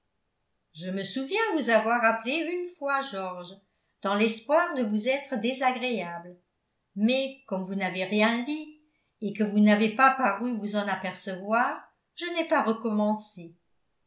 je me souviens vous avoir appelé une fois georges dans l'espoir de vous être désagréable mais comme vous n'avez rien dit et que vous n'avez pas paru vous en apercevoir je n'ai pas recommencé